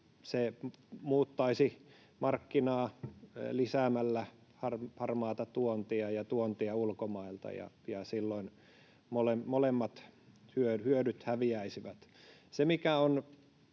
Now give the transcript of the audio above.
Se muuttaisi markkinaa lisäämällä harmaata tuontia ja tuontia ulkomailta, ja silloin molemmat hyödyt häviäisivät.